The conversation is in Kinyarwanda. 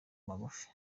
magufi